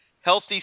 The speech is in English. healthy